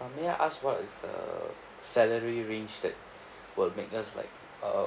uh may I ask what is the salary range that will make us like uh